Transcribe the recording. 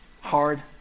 hard